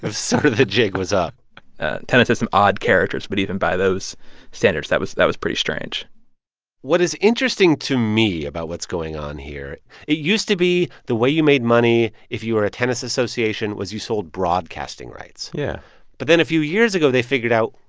so the jig was up tennis has some odd characters, but even by those standards, that was that was pretty strange what is interesting to me about what's going on here it used to be the way you made money if you were a tennis association was you sold broadcasting rights yeah but then a few years ago, they figured out,